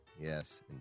Yes